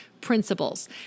principles